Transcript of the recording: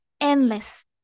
endless